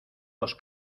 los